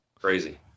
crazy